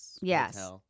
Yes